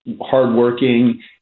hardworking